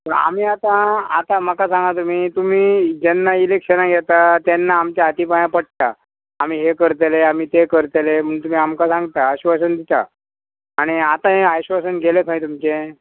आमी आतां आतां म्हाका सांगा तुमी तुमी जेन्ना इलेक्शनाक येता तेन्ना आमच्या हाती पांयां पडटा आमी हे करतले आमी ते करतले म्हण तुमी आमकां सांगता आशिवासन दिता आनी आतां हें आश्वासन गेलें खंय तुमचें